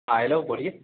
ہاں ہیلو بولیے